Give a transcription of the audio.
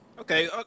Okay